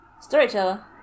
Storyteller